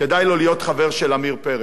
כדאי לו להיות חבר של עמיר פרץ.